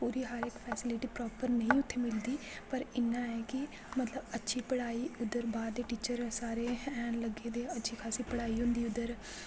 पुरी हर इक facility proper नेईं उत्थै मिलदी पर इन्ना ऐ कि मतलब अच्छी पढ़ाई उधर बाह्र दे टीचर सारे हैन लग्गे दे अच्छी खासी पढ़ाई होंदी उधर